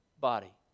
body